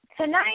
Tonight